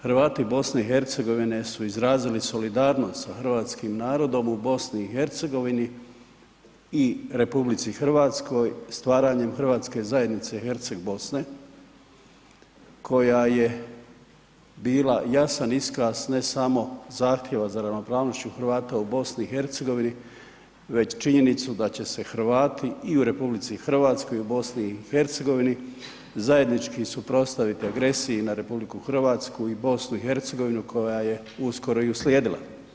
Hrvati BiH su izrazili solidarnost sa hrvatskim narodom u BiH i RH stvaranjem hrvatske zajednice Herceg Bosne koja je bila jasan iskaz ne samo zahtjeva za ravnopravnošću Hrvata u BiH, već činjenicu da će se Hrvati i u RH i u BiH zajednički suprotstaviti agresiji na RH i BiH, koja je uskoro i uslijedila.